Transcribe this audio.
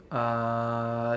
uh